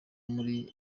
muri